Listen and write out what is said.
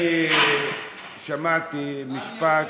אני שמעתי משפט,